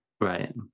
right